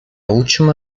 última